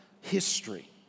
history